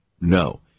No